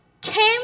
came